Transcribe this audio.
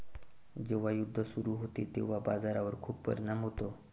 जेव्हा युद्ध सुरू होते तेव्हा बाजारावर खूप परिणाम होतो